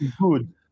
good